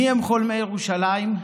מיהם חולמי ירושלים?